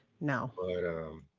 No